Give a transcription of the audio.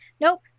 Nope